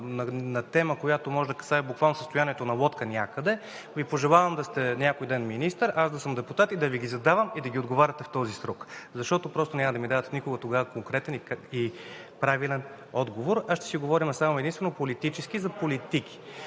на тема, която може да касае буквално състоянието на лодка някъде, Ви пожелавам някой ден да сте министър, а аз да съм депутат и да Ви ги задавам, и да ги отговаряте в този срок. Защото просто няма да ми давате никога тогава конкретен и правилен отговор, а ще си говорим само единствено политически за политики.